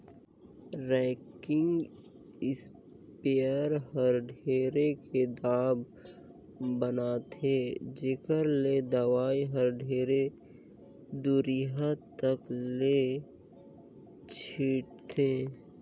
rocking sprayer हर ढेरे के दाब बनाथे जेखर ले दवई हर ढेरे दुरिहा तक ले छिटाथे